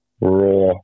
raw